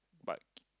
but